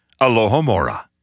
Alohomora